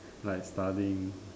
like studying